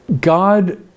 God